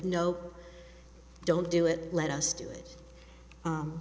no don't do it let us do it